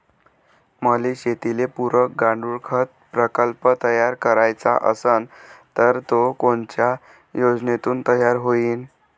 मले शेतीले पुरक गांडूळखत प्रकल्प तयार करायचा असन तर तो कोनच्या योजनेतून तयार होईन?